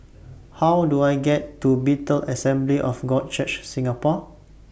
How Do I get to Bethel Assembly of God Church Singapore